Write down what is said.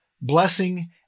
blessing